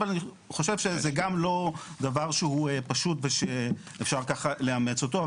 אבל אני חושב שזה גם לא דבר שהוא פשוט ושאפשר ככה לאמץ אותו.